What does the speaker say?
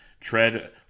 Tread